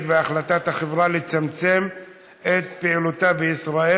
והחלטת החברה לצמצם את פעילותה בישראל,